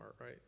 right